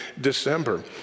December